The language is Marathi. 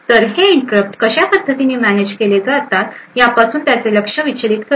तर हे इंटरप्ट कशा पद्धतीने मॅनेज केले जातात यापासून त्याचे लक्ष विचलीत करते